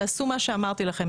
תעשו מה שאמרתי לכם,